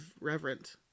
reverent